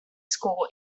school